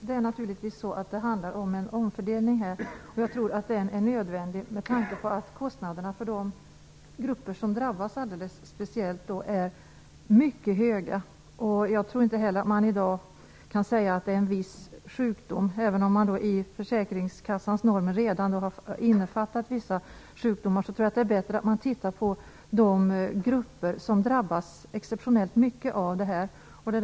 Fru talman! Det handlar naturligtvis om en omfördelning, och jag tror att den är nödvändig, med tanke på att kostnaderna för de grupper som drabbas alldeles speciellt är mycket höga. Jag tror inte heller att man i dag kan säga att det gäller en viss sjukdom, även om det i försäkringskassans normer redan innefattas vissa sjukdomar. Jag tror att det är bättre att man tittar på de grupper som drabbas exceptionellt mycket av det här.